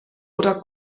oder